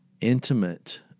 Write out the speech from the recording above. intimate